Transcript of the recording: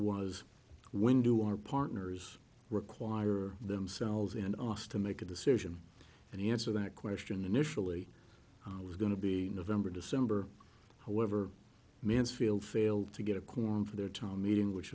was when do our partners require themselves in oss to make a decision and answer that question initially it was going to be november december however mansfield failed to get a quorum for their town meeting which